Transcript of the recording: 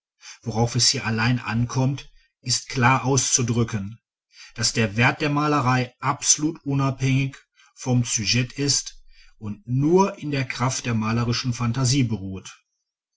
worauf es hier allein ankommt ist klar auszudrücken daß der wert der malerei absolut unabhängig vom sujet ist und nur in der kraft der malerischen phantasie beruht